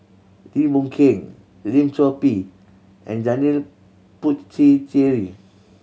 Lim Boon Keng Lim Chor Pee and Janil Puthucheary